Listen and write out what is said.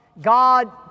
God